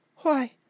Why